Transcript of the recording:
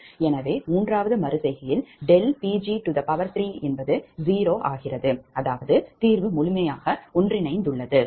எனவே மூன்றாவது மறு செய்கையில் ∆Pg30 ஆகிறது அதாவது தீர்வு முழுமையாக ஒன்றிணைந்துள்ளது